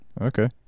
Okay